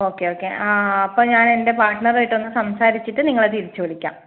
okay okay അപ്പോൾ ഞാൻ എൻ്റെ പാർട്ട്ണർ ആയിട്ട് ഒന്ന് സംസാരിച്ചിട്ട് നിങ്ങളെ തിരിച്ച് വിളിക്കാം